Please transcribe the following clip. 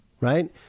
Right